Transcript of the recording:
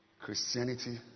Christianity